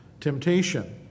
temptation